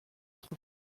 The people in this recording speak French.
être